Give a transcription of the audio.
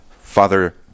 father